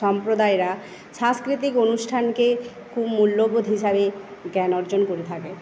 সম্প্রদায়েরা সাংস্কৃতিক অনুষ্ঠানকে খুব মূল্যবোধ হিসাবে জ্ঞান অর্জন করে থাকে